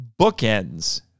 bookends